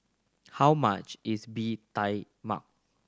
how much is Bee Tai Mak